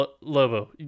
Lobo